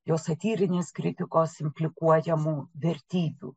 jo satyrinės kritikos implikuojamų vertybių